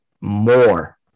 more